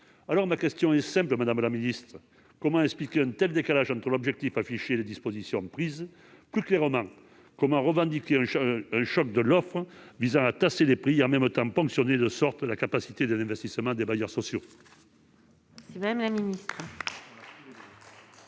Aussi ma question est-elle simple, madame la ministre : comment expliquer un tel décalage entre l'objectif affiché et les dispositions prises ? Comment revendiquer un choc de l'offre visant à tasser les prix et, « en même temps », ponctionner de la sorte la capacité d'investissement des bailleurs sociaux ?